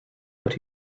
but